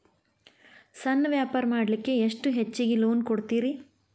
ಸಣ್ಣ ವ್ಯಾಪಾರ ಮಾಡ್ಲಿಕ್ಕೆ ಎಷ್ಟು ಹೆಚ್ಚಿಗಿ ಲೋನ್ ಕೊಡುತ್ತೇರಿ?